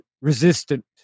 resistant